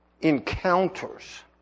encounters